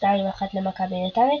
1–2 למכבי נתניה,